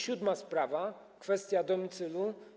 Siódma sprawa, kwestia domicylu.